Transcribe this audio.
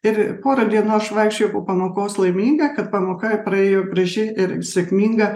ir porą dienų aš vaikščiojau po pamokos laiminga kad pamoka praėjo graži ir sėkminga